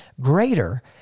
greater